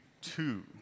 two